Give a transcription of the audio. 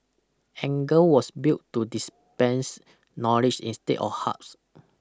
Engar was built to dispense knowledge instead of hugs